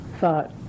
thought